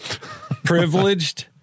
Privileged